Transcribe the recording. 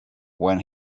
when